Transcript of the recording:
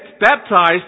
baptized